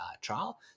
trial